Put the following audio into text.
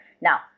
Now